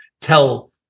tell